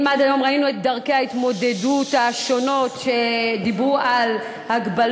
אם עד היום ראינו את דרכי ההתמודדות השונות שדיברו על הגבלות